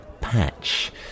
patch